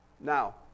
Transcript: Now